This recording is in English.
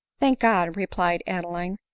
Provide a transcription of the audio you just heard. thank god! replied adeline.